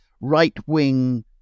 right-wing